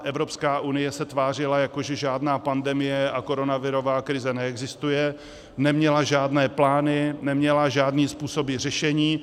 Evropská unie se tvářila, jako že žádná pandemie a koronavirová krize neexistuje, neměla žádné plány, neměla žádné způsoby řešení.